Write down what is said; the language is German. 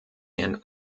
herrn